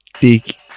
take